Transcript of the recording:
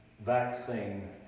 Vaccine